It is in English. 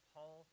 Paul